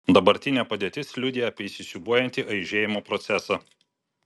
dabartinė padėtis liudija apie įsisiūbuojantį aižėjimo procesą